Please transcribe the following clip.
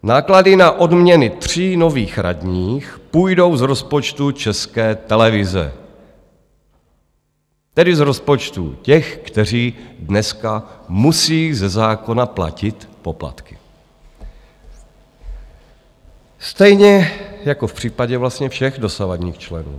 Náklady na odměny tří nových radních půjdou z rozpočtu České televize, tedy z rozpočtu těch, kteří dneska musí ze zákona platit poplatky, stejně jako v případě vlastně všech dosavadních členů.